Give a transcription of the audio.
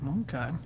Okay